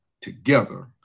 together